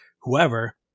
whoever